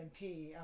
MP